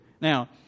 Now